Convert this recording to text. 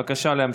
בבקשה להמשיך.